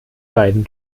beiden